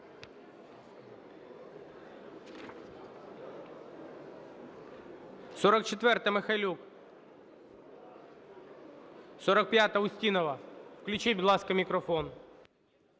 44-а, Михайлюк. 45-а, Устінова. Включіть, будь ласка, мікрофон.